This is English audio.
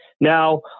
Now